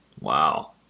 Wow